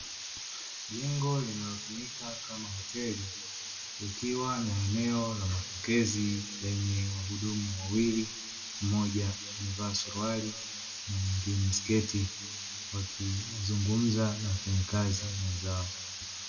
Jengo linalotumika kama hoteli, likiwa na eneo la mapokezi lenye wahudumu wawili; mmoja amevaa suruali na mwingine sketi, wakizungumza na wafanyakazi mwenzao.